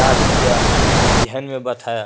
یاد کیا اور ذہن میں بیٹھایا